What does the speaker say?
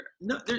no